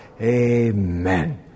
Amen